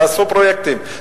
תעשו פרויקטים,